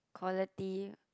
positive